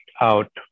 out